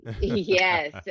yes